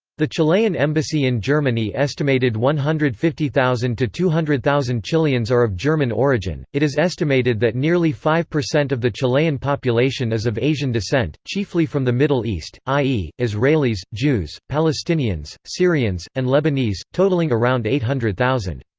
the chilean embassy in germany estimated one hundred and fifty thousand to two hundred thousand chileans are of german origin it is estimated that nearly five percent of the chilean population is of asian descent, chiefly from the middle east, i e, israelis jews, palestinians, syrians, and lebanese, totalling around eight hundred thousand.